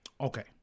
Okay